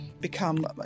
become